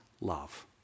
love